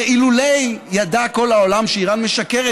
הרי אילולא ידע כל העולם שאיראן משקרת,